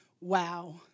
wow